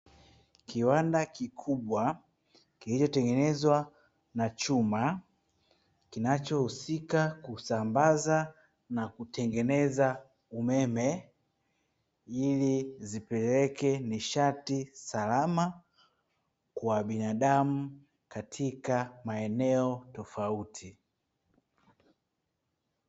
Kiwanda kikubwa Iliyotengenezwa na chuma, kinachohusika kusambaza na kutengeneza umeme, ili zipeleke nishati salama kwa binadamu katika maeneo tofauti.